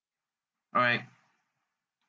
alright